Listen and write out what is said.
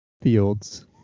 fields